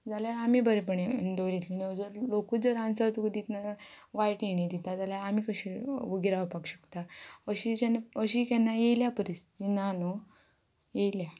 जाल्यार आमी बरेंपण दवरतले न्हय जर लोकूच जर आन्सर तुका दितना वायट हेणी दिता जाल्यार आमी कशे वगेर रावपाक शकता अशी जेन्ना अशी केन्ना येयल्या परिस्थिती ना न्हय येयल्या